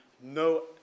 no